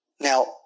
Now